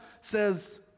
says